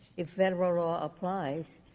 if federal law applies,